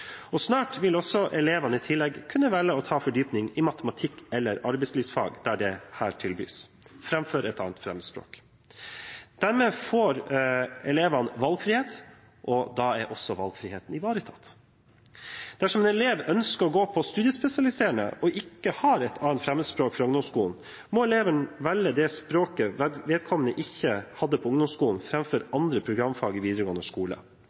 Snart vil elevene i tillegg kunne velge fordypning i matematikk eller arbeidslivsfag der dette tilbys, framfor et 2. fremmedspråk. Dermed får elevene valgfrihet. Da er også valgfriheten ivaretatt. Dersom en elev ønsker å gå på studiespesialiserende og ikke har et 2. fremmedspråk fra ungdomsskolen, må eleven velge det språket vedkommende ikke hadde på ungdomsskolen, framfor andre programfag i videregående skole